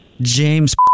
James